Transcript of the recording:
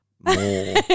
more